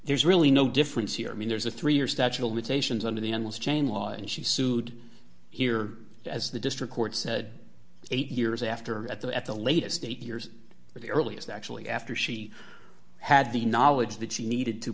there's really no difference here i mean there's a three year statute of limitations under the endless chain law and she sued here as the district courts eight years after at the at the latest eight years but the earliest actually after she had the knowledge that she needed to